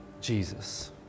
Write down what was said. Jesus